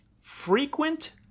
Frequent